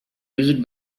used